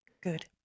Good